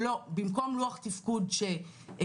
לא רואות אופק קידום, אבל גם עומסים ואלימות.